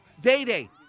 Day-Day